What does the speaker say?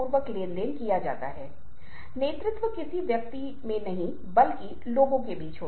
लेकिन ज्यादातर लोग मुख्य रूप से गैर पारंपरिक या शरीर की भाषा के प्राकृतिक संकेत में रुचि रखते हैं